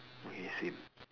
okay same